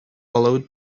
allowed